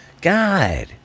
God